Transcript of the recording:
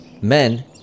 Men